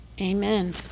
amen